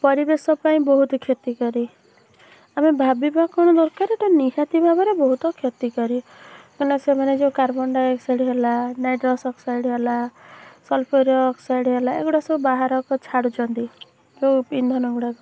ପରିବେଶ ପାଇଁ ବହୁତ କ୍ଷତିକାରୀ ଆମେ ଭାବିବା କଣ ଦରକାର ଏଇଟା ନିହାତି ଭାବରେ ବହୁତ କ୍ଷତିକାରୀ କାଇଁକିନା ସେମାନେ ଯୋଉ କାର୍ବନ୍ ଡାଇଅକ୍ସାଇଡ଼ ହେଲା ନାଇଟ୍ରୋସ୍ ଅକ୍ସାଇଡ଼ ହେଲା ସଲଫର୍ ଅକ୍ସାଇଡ଼ ହେଲା ଏଗୁଡ଼ା ସବୁ ବାହାରକୁ ଛାଡ଼ୁଛନ୍ତି ଯୋଉ ଇନ୍ଧନ ଗୁଡ଼ାକ